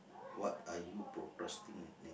what are you procrasti~